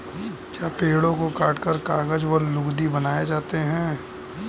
क्या पेड़ों को काटकर कागज व लुगदी बनाए जाते हैं?